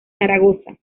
zaragoza